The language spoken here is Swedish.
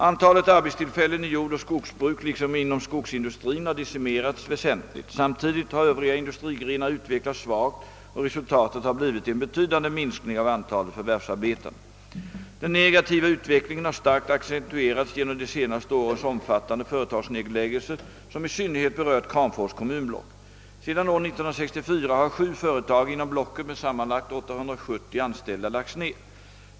Antalet arbetstillfällen i jordoch skogsbruk liksom inom skogsindustrin har decimerats väsentligt. Samtidigt har övriga industrigrenar utvecklats svagt, och resultatet har blivit en betydande minskning av antalet förvärvsarbetande. Den negativa utvecklingen har starkt accentuerats genom de senaste årens omfattande företagsnedläggelser, som i synnerhet berört Kramfors kommunblock. Sedan år 1964 har sju företag inom blocket med sammanlagt 870 anställda lagts ned.